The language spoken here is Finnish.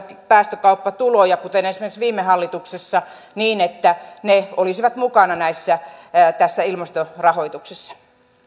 päästökauppatuloja kuten esimerkiksi viime hallituksessa niin että ne olisivat mukana tässä ilmastorahoituksessa